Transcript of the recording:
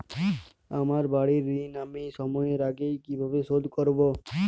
আমার বাড়ীর ঋণ আমি সময়ের আগেই কিভাবে শোধ করবো?